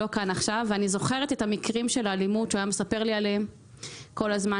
ואני זוכרת את מקרי האלימות שהוא היה מספר לי עליהם כל הזמן.